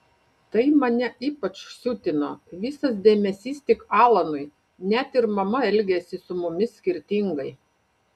tai mane ypač siutino visas dėmesys tik alanui net ir mama elgėsi su mumis skirtingai